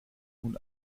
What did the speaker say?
nun